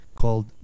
called